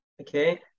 okay